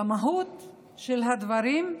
במהות של הדברים,